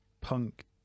punk